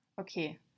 Okay